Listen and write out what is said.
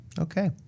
Okay